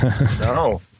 No